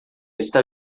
está